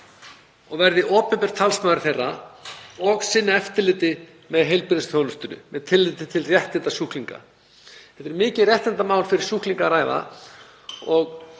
og verði opinber talsmaður þeirra og sinni eftirliti með heilbrigðisþjónustu með tilliti til réttinda sjúklinga. Þetta er mikið réttindamál fyrir sjúklinga og